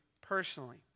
personally